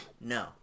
no